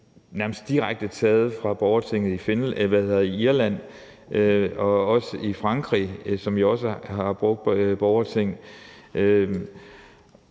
nærmest direkte er taget fra borgertinget i Irland og Frankrig, som også har brugt borgerting.